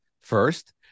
First